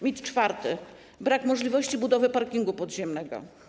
Mit czwarty: brak możliwości budowy parkingu podziemnego.